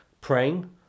praying